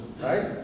right